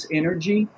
energy